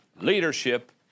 leadership